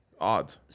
odds